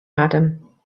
madam